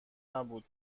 نبود